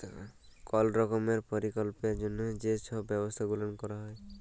call রকমের পরকল্পের জ্যনহে যে ছব ব্যবছা গুলাল ক্যরা হ্যয়